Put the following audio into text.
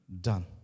done